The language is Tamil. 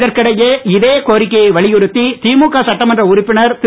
இதற்கிடையே இதே கோரிக்கையை வலியுறுத்தி திமுக சட்டமன்ற உறுப்பினர் திரு